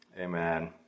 amen